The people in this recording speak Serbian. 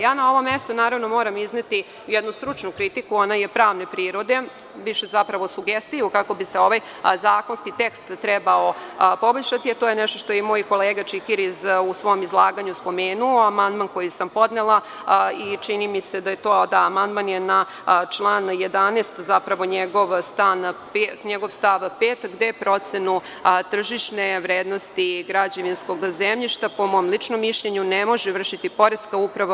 Ja na ovom mestu moram izneti jednu stručnu kritiku, ona je pravne prirode, više zapravo sugestija kako bi se ovaj zakonski tekst trebao poboljšati, to je nešto što je i moj kolega Čikiriz u svom izlaganju spomenuo, amandman koji sam podnela na član 11. zapravo njegov stav 5. gde procenu tržišne vrednosti građevinskog zemljišta po mom ličnom mišljenju, ne može vršiti Poreska uprava.